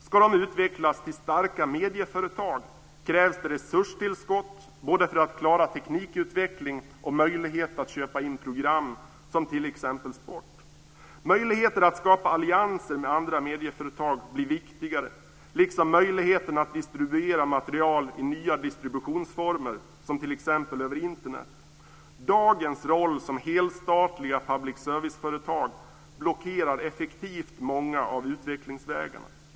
Ska de utvecklas till starka medieföretag krävs det resurstillskott både för att klara teknikutveckling och för att få möjlighet att köpa in program som t.ex. sport. Möjligheten att skapa allianser med andra medieföretag blir viktigare, liksom möjligheten att distribuera material i nya former, t.ex. över Internet. Deras roll i dag som helstatliga public service-företag blockerar effektivt många av utvecklingsvägarna.